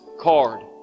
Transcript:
card